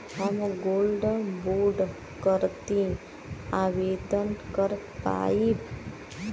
हम gold bond करती आवेदन कर पाईब?